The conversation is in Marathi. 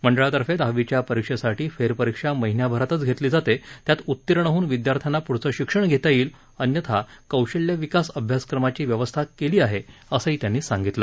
मंडळातर्फे दहावीच्या परीक्षेसाठी फेरपरीक्षा महिन्याभरातच घेतली जाते त्यात उत्तीर्ण होऊन विदयार्थ्यांना पुढचं शिक्षण घेता येईल अन्यथा कौशल्यविकास अभ्यासक्रमाची व्यवस्था केली आहे असं त्यांनी सांगितलं